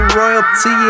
royalty